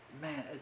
man